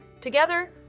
Together